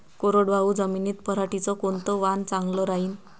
कोरडवाहू जमीनीत पऱ्हाटीचं कोनतं वान चांगलं रायीन?